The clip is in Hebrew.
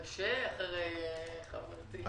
קשה לדבר אחרי חברתי.